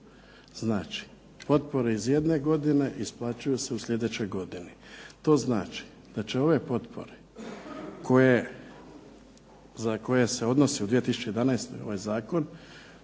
Znači, potpore iz jedne godine isplaćuju se u sljedećoj godini. To znači da će ove potpore za koje se odnosi u 2011. ovaj zakon